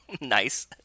Nice